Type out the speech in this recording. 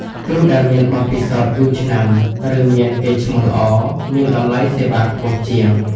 គ្រូដែលមានបទពិសោធន៍យូរឆ្នាំ ឬមានកេរ្តិ៍ឈ្មោះល្អ មានតម្លៃសេវាខ្ពស់ជាង។